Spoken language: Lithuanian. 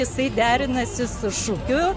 jisai derinasi su šūkiu